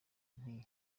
nti